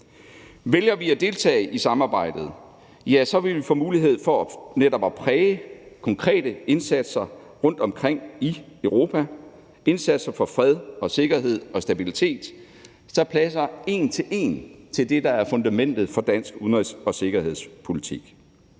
Vælger vi at deltage i samarbejdet, vil vi få mulighed for netop at præge konkrete indsatser rundtomkring i Europa – indsatser for fred, sikkerhed og stabilitet, der passer en til en med det, der er fundamentet for dansk udenrigs- og sikkerhedspolitik.